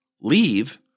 leave